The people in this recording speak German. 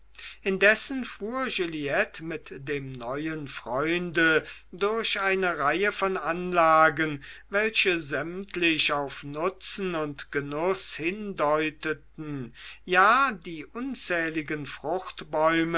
indessen fuhr juliette mit dem neuen freunde durch eine reihe von anlagen welche sämtlich auf nutzen und genuß hindeuteten ja die unzähligen